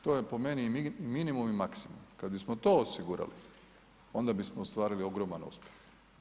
To je po meni minimum i maksimum, kad bismo to osigurali, onda bismo ostvarili ogroman uspjeh.